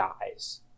dies